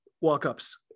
walk-ups